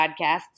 podcasts